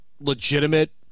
legitimate